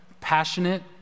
passionate